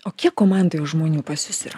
o kiek komandoj žmonių pas jus yra